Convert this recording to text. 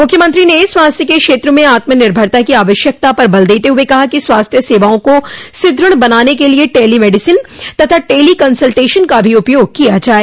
मुख्यमंत्री ने स्वास्थ्य के क्षेत्र में आत्मनिर्भता की आवश्यकता पर बल देते हुए कहा कि स्वास्थ्य सेवाओं को सूदृढ़ बनाने के लिए टेलीमेडिसिन तथा टेलीकंसलटेशन का भी उपयोग किया जाये